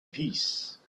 peace